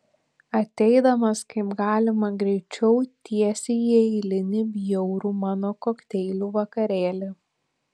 ateidamas kaip galima greičiau tiesiai į eilinį bjaurų mano kokteilių vakarėlį